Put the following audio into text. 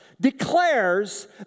declares